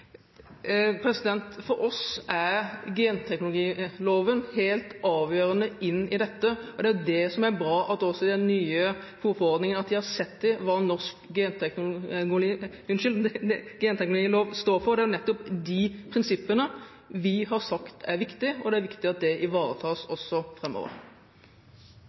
dette. Og det som er bra i den nye fôrforordningen, er at en også har sett til hva norsk genteknologilov står for. Det er nettopp de prinsippene vi har sagt er viktige, og det er viktig at disse ivaretas også